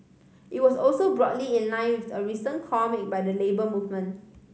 it was also broadly in line with a recent call made by the Labour Movement